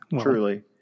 Truly